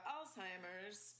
Alzheimer's